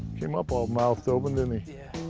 came up all mouthed open, didn't he?